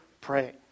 pray